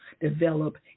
develop